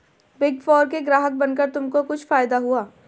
Big four के ग्राहक बनकर तुमको कुछ फायदा हुआ?